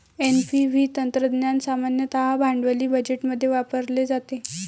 NPV तंत्रज्ञान सामान्यतः भांडवली बजेटमध्ये वापरले जाते